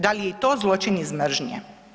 Da li je i to zločin iz mržnje?